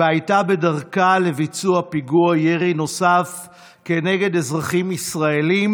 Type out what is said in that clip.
והייתה בדרכה לביצוע פיגוע ירי נוסף כנגד אזרחים ישראלים,